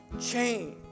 change